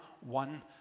one